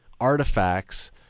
artifacts